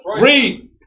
Read